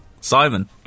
Simon